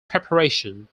preparation